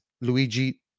luigi